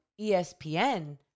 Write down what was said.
ESPN